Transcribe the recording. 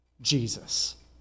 Jesus